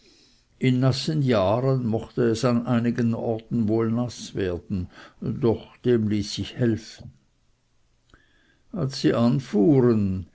in nassen jahren mochte es an einigen orten wohl naß werden doch dem ließ sich helfen als sie anfuhren